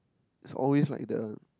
it's always like the